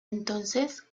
entonces